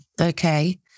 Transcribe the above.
okay